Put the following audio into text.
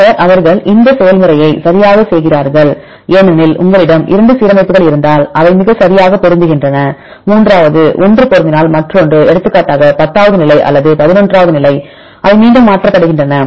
பின்னர் அவர்கள் இந்த செயல்முறையை சரியாகச் செய்கிறார்கள் ஏனெனில் உங்களிடம் 2 சீரமைப்புகள் இருந்தால் அவை மிகச் சரியாக பொருந்துகின்றன மூன்றாவது ஒன்று பொருந்தினால் மற்றொன்று எடுத்துக்காட்டாக பத்தாவது நிலை அல்லது பதினொன்றாவது நிலை அவை மீண்டும் மாற்றப்படுகின்றன